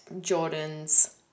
Jordan's